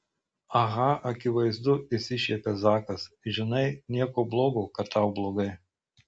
aha akivaizdu išsišiepia zakas žinai nieko blogo kad tau blogai